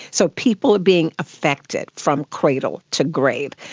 so people are being affected from cradle to grave.